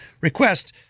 request